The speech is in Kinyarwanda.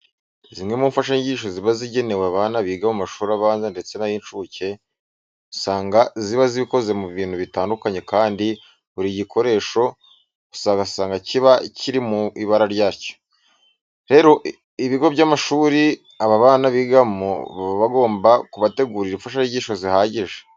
Zimwe mu mfashanyigisho ziba zigenewe abana biga mu mashuri abanza ndetse n'ay'incuke, usanga ziba zikoze mu bintu bitandukanye kandi buri gikoresho ugasanga kiba kiri mu ibara ryacyo. Rero ibigo by'amashuri aba bana bigamo baba bagomba kubategurira imfashanyigisho zihagije.